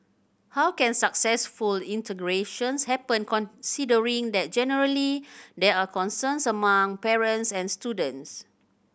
how can successful integrations happen considering that generally there are concerns among parents and students